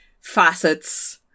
facets